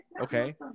Okay